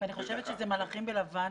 אני חושבת שהם מלאכים בלבן.